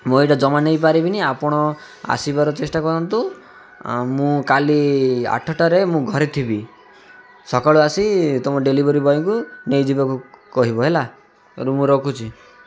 ମୁଁ ଏଇଟା ଜମା ନେଇ ପାରିବିନି ଆପଣ ଆସିବାର ଚେଷ୍ଟା କରନ୍ତୁ ମୁଁ କାଲି ଆଠଟାରେ ମୁଁ ଘରେ ଥିବି ସକାଳୁ ଆସି ତୁମ ଡେଲିଭରି ବଏକୁ ନେଇଯିବାକୁ କହିବ ହେଲାରୁ ମୁଁ ରଖୁଛି